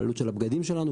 העלות של הבגדים שלנו,